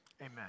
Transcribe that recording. amen